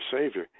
savior